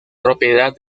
propiedad